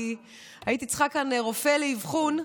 כי הייתי צריכה כאן רופא לאבחון.